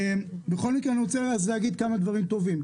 בכל מקרה אני רוצה להגיד כמה דברים טובים,